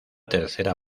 tercera